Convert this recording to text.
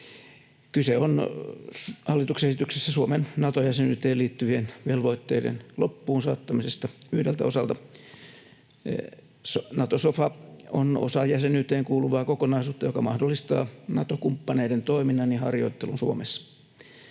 Hallituksen esityksessä on kyse Suomen Nato-jäsenyyteen liittyvien velvoitteiden loppuun saattamisesta yhdeltä osalta. Nato-sofa on osa jäsenyyteen kuuluvaa kokonaisuutta, joka mahdollistaa Nato-kumppaneiden toiminnan ja harjoittelun Suomessa.